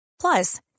Plus